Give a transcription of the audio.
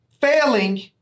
Failing